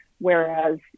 Whereas